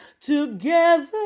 together